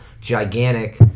gigantic